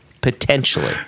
Potentially